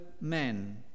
men